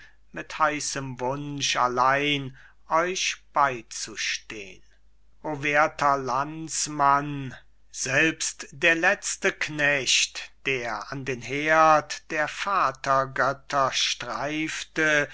mit heißem wunsch allein euch beizustehn o werther landsmann selbst der letzte knecht der an den herd der vatergötter streifte